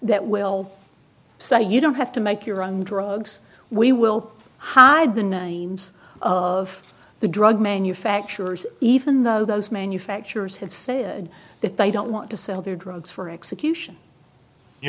that will say you don't have to make your own drugs we will hide the names of the drug manufacturers even though those manufacturers have stated that they don't want to sell their drugs for execution you